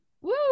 Woo